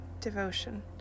devotion